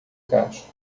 casco